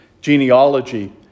genealogy